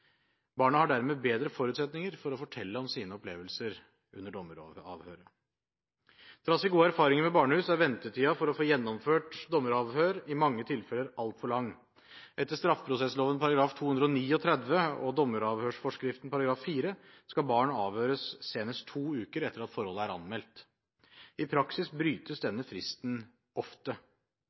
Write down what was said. Barna har dermed bedre forutsetninger for å fortelle om sine opplevelser under dommeravhøret. Trass i gode erfaringer med barnehus er ventetiden for å få gjennomført dommeravhør i mange tilfeller altfor lang. Etter straffeprosessloven § 239 og dommeravhørsforskriften § 4 skal barn avhøres senest to uker etter at forholdet er anmeldt. I praksis brytes denne fristen ofte.